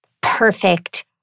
perfect